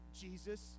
Jesus